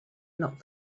not